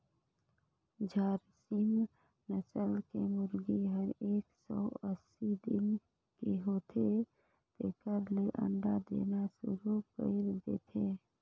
झारसिम नसल के मुरगी हर एक सौ अस्सी दिन के होथे तेकर ले अंडा देना सुरु कईर देथे